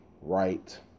right